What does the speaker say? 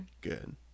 Good